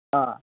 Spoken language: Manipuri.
ꯑꯥ